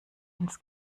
ins